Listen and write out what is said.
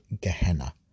Gehenna